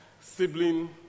sibling